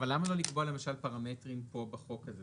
לא, אבל למה לא לקבוע למשל פרמטרים פה בחוק הזה?